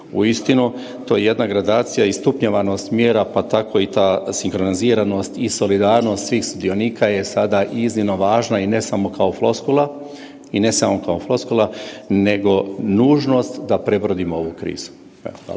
Uistinu to je jedna gradacija i stupnjevanost mjera pa tako i ta sinkroniziranost i solidarnost svih sudionika je sada iznimno važna i ne samo kao floskula, i ne samo kao floskula, nego nužnost da prebrodimo ovu krizu.